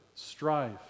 Strife